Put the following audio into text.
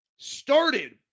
Started